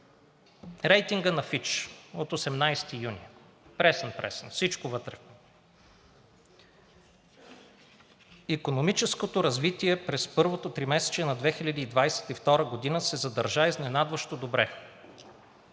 „Рейтингът на Фич“ от 18 юни – пресен-пресен, всичко вътре. Икономическото развитие през първото тримесечие на 2022 г. се задържа изненадващо добре.